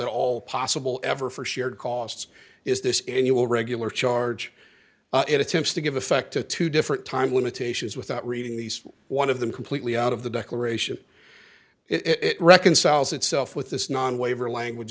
at all possible ever for shared costs is this annual regular charge it attempts to give effect to two dollars different time limitations without reading these one of them completely out of the declaration it reconciles itself with this non waiver language